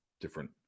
different